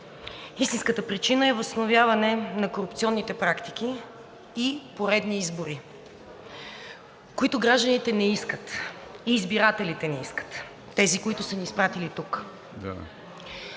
Истинската причина е възстановяване на корупционните практики и поредни избори, които гражданите не искат и избирателите не искат – тези, които са ни изпратили тук.